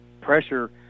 pressure